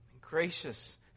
gracious